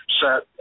set